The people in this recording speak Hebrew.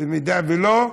אם לא,